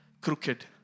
Crooked